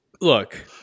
Look